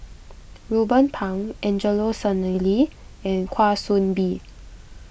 Ruben Pang Angelo Sanelli and Kwa Soon Bee